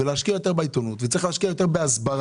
להשקיע יותר בעיתונות ובהסברה.